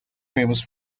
famous